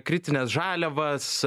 kritines žaliavas